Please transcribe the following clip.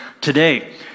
today